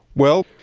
well,